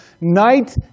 night